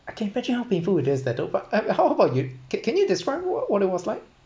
I can imagine how painful it is that though and how how about you can can you describe wha~ what it was like